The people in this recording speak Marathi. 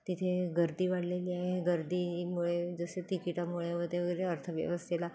तिथे गर्दी वाढलेली आहे गर्दीमुळे जसे तिकिटामुळे होते वगैरे अर्थव्यवस्थेला